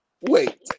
Wait